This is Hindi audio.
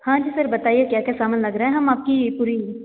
हाँ जी सर बताइए क्या क्या सामान लग रह है हम आपकी पूरी